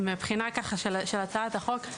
מהבחינה של הצעת החוק: